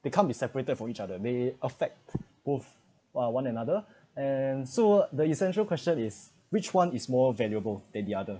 they can't be separated from each other they affect both uh one another and so the essential question is which one is more valuable than the other